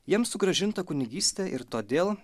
jiems sugrąžinta kunigystė ir todėl